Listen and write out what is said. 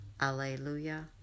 Alleluia